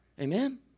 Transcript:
Amen